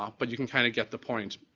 um but you can kind of get the point.